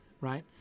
right